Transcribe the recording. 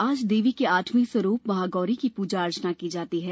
आज देवी के आठवें स्वरूप महागौरी की पूजा अर्चना की जाती है